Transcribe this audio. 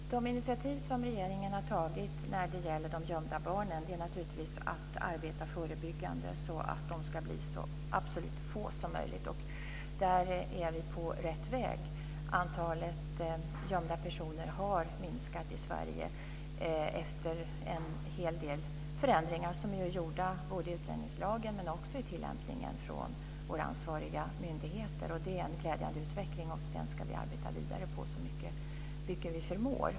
Fru talman! De initiativ som regeringen har tagit när det gäller de gömda barnen är naturligtvis att arbeta förebyggande, så att de ska bli så få som över huvud taget är möjligt. Därvidlag är vi på rätt väg. Antalet gömda personer i Sverige har minskat efter en hel del förändringar som gjorts både i utlänningslagen och i våra ansvariga myndigheters tillämpning. Det är en glädjande utveckling, som vi ska arbeta vidare på så mycket som vi förmår.